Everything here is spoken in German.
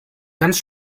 ganz